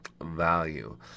value